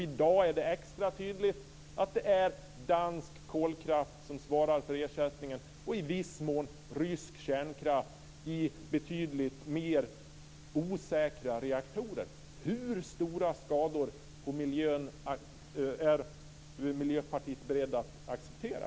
I dag är det extra tydligt att det är dansk kolkraft som svarar för ersättningen och i viss mån rysk kärnkraft från betydligt mer osäkra reaktorer. Hur stora skador på miljön är Miljöpartiet berett att acceptera?